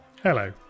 hello